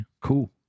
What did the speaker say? cool